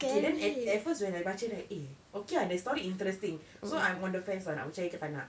okay then at at first when I baca right eh okay their story interesting so I'm on the fence I'm nak percaya ke tak nak